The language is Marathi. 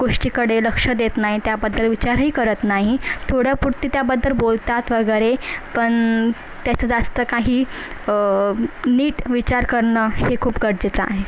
गोष्टीकडे लक्ष देत नाही त्याबद्दल विचारही करत नाही थोड्यापुरते त्याबद्दल बोलतात वगैरे पण त्याचं जास्त काही नीट विचार करणं हे खूप गरजेचं आहे